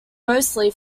mostly